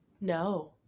No